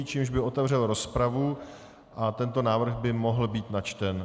Tím by otevřel rozpravu a tento návrh by mohl být načten.